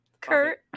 Kurt